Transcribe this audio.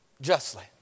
justly